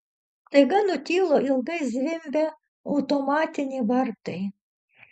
staiga nutilo ilgai zvimbę automatiniai vartai